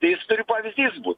jis turi pavyzdys būt